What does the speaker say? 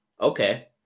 Okay